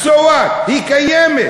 אז so what, היא קיימת.